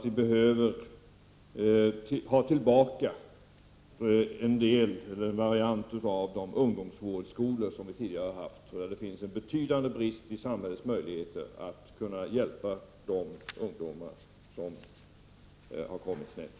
Vi behöver få tillbaka en variant av de ungdomsvårdsskolor som vi tidigare hade. Det finns en betydande brist i fråga om samhällets möjligheter att hjälpa de ungdomar som har kommit snett.